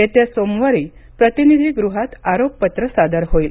येत्या सोमवारी प्रतिनिधी गृहात आरोपपत्र सादर होईल